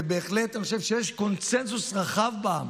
ובהחלט, אני חושב שיש קונסנזוס רחב בעם